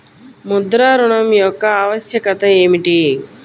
ముద్ర ఋణం యొక్క ఆవశ్యకత ఏమిటీ?